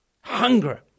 hunger